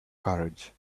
courage